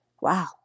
wow